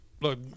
look